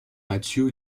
matthew